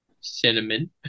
cinnamon